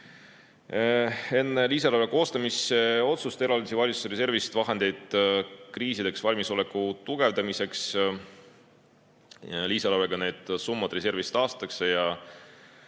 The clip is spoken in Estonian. Enne lisaeelarve koostamise otsust eraldati valitsuse reservist vahendeid kriisideks valmisoleku tugevdamiseks. Lisaeelarvega need summad reservist taastatakse ja